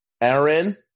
Aaron